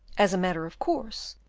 as a matter of course,